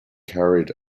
carried